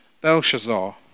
Belshazzar